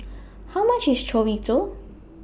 How much IS Chorizo